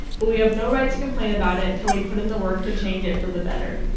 but we have no right to complain about it until we put in the work to change it for the better.